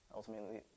ultimately